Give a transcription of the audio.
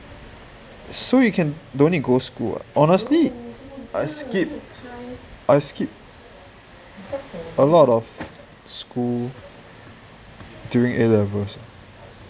so you can don't need go school ah honestly I skip I skip a lot of school during A levels